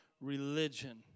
religion